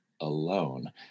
alone